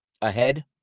ahead